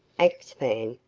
axphain,